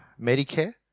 Medicare